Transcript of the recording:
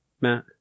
Matt